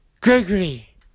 Gregory